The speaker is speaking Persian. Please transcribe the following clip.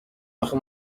آخه